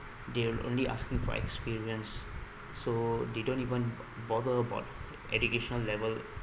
they'll only asking for experience so they don't even bother about educational level